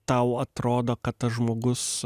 tau atrodo kad tas žmogus